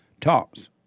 talks